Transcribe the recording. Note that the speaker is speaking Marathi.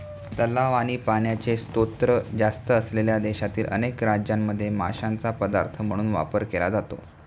तलाव आणि पाण्याचे स्त्रोत जास्त असलेल्या देशातील अनेक राज्यांमध्ये माशांचा पदार्थ म्हणून वापर केला जातो